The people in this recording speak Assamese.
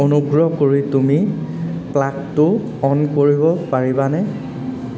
অনুগ্ৰহ কৰি তুমি প্লাগটো অ'ন কৰিব পাৰিবানে